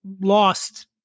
lost